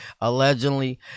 Allegedly